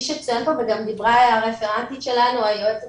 שצוין פה וגם דיברה הרפרנטית שלנו היועצת